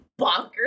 bonkers